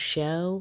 Show